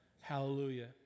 hallelujah